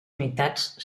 unitats